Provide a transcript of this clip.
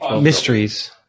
mysteries